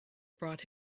brought